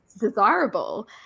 desirable